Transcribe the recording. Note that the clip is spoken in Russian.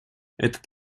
этот